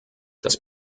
das